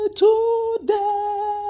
today